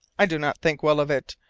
i do not think well of it.